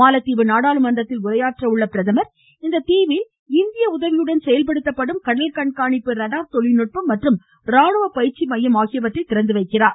மாலத்தீவு நாடாளுமன்றத்தில் உரையாற்றும் பிரதமர் இந்த தீவில் இந்திய உதவியுடன் செயல்படுத்தப்படும் கடல் கண்காணிப்பு ரேடார் தொழில்நுட்பம் மற்றும் ராணுவ பயிற்சி மையம் ஆகியவற்றை திறந்துவைக்கிறார்